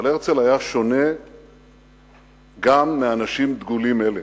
אבל הרצל היה שונה גם מאנשים דגולים אלה.